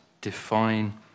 define